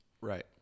Right